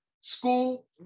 School